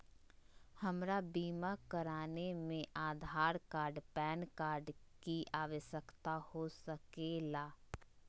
हमरा बीमा कराने में आधार कार्ड पैन कार्ड की आवश्यकता हो सके ला?